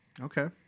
Okay